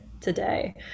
today